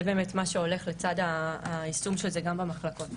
באמת מה שהולך לצד היישום של זה גם במחלקות.